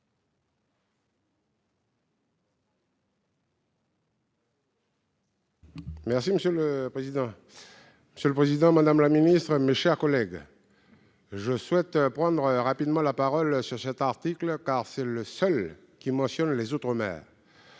Poadja, sur l'article. Monsieur le président, madame la ministre, mes chers collègues, je souhaite prendre rapidement la parole sur cet article, le seul qui mentionne les outre-mer,